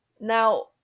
Now